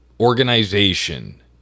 organization